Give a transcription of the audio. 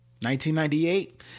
1998